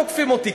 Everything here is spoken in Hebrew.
תוקפים אותי.